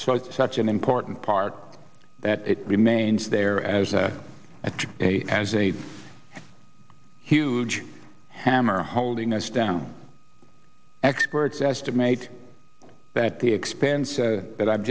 it's such an important part that it remains there as a as a huge hammer holding us down experts estimate that the expenses that i've